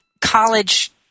college